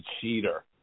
cheater